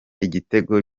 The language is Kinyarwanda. igitego